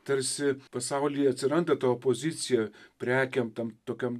tarsi pasaulyje atsiranda ta opozicija prekėm tam tokiam